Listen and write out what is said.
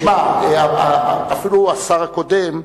אפילו השר הקודם,